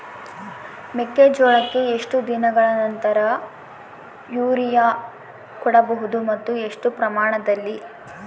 ಮೆಕ್ಕೆಜೋಳಕ್ಕೆ ಎಷ್ಟು ದಿನಗಳ ನಂತರ ಯೂರಿಯಾ ಕೊಡಬಹುದು ಮತ್ತು ಎಷ್ಟು ಪ್ರಮಾಣದಲ್ಲಿ?